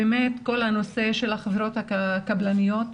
לגבי הנושא של החברות הקבלניות.